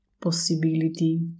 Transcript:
possibility